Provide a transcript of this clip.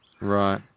Right